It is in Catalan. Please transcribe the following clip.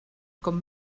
com